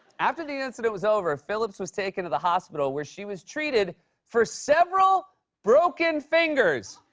after the incident was over, phillips was taken to the hospital, where she was treated for several broken fingers.